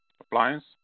appliance